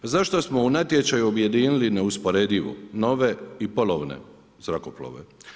Zašto smo u natječaju objedinili neusporedivo, nove i polovne zrakoplove?